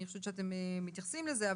אני חושבת שאתם מתייחסים לזה.